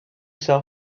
sell